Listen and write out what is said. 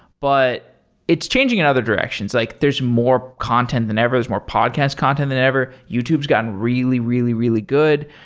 but its changing in other directions. like there's more content than ever. there's more podcast content than ever. youtube's gotten really, really, really good.